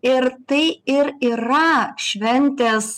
ir tai ir yra šventės